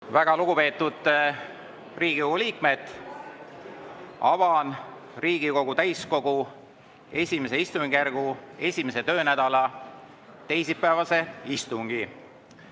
Väga lugupeetud Riigikogu liikmed! Avan Riigikogu täiskogu I istungjärgu esimese töönädala teisipäevase istungi.